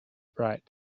bright